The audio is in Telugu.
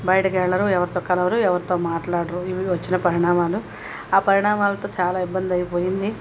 బయటకు వెళ్ళరు ఎవరితో కలవరు ఎవరితో మాట్లాడరు ఇవి వచ్చిన పరిణామాలు ఆ పరిణామాలతో చాలా ఇబ్బంది అయిపోయింది